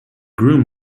groom